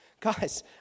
Guys